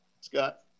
Scott